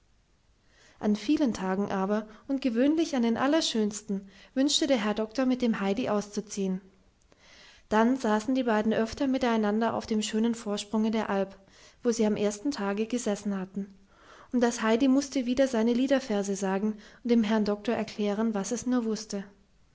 an vielen tagen aber und gewöhnlich an den allerschönsten wünschte der herr doktor mit dem heidi auszuziehen dann saßen die beiden öfter miteinander auf dem schönen vorsprunge der alp wo sie am ersten tage gesessen hatten und das heidi mußte wieder seine liederverse sagen und dem herrn doktor erzählen was es nur wußte